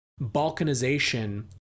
balkanization